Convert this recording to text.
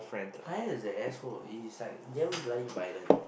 Kai-Yan is an asshole he's like damn bloody violent